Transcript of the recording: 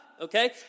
okay